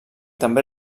també